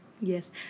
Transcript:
Yes